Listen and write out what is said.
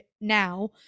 now